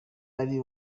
ari